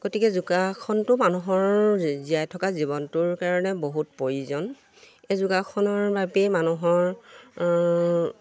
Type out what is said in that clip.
গতিকে যোগাসনটো মানুহৰ জীয়াই থকা জীৱনটোৰ কাৰণে বহুত প্ৰয়োজন এই যোগাসনৰ বাবেই মানুহৰ